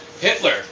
Hitler